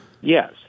Yes